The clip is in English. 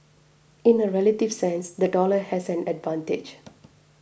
in a relative sense the dollar has an advantage